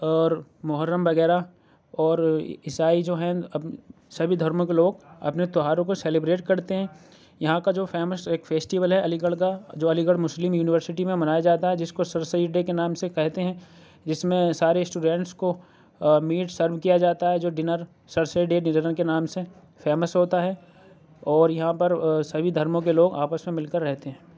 اور محرم وغیرہ اور عیسائی جو ہیں اب سبھی دھرموں کے لوگ اپنے تہواروں کو سیلیبریٹ کرتے ہیں یہاں کا جو فیمس ایک فیسٹیول ہے علی گڑھ کا جو علی گڑھ مسلم یونیورسٹی میں منایا جاتا ہے جس کو سرسید ڈے کے نام سے کہتے ہیں جس میں سارے اسٹوڈنٹس کو آ میٹس سرو کیا جاتا ہے جو ڈنر سر سید ڈے ڈنر کے نام سے فیمس ہوتا ہے اور یہاں پر سبھی دھرموں کے لوگ آپس میں مل کر رہتے ہیں